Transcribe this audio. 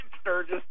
Sturgis